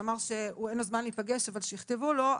שאמר שאין לו זמן להיפגש ושיכתבו לו.